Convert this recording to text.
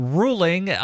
ruling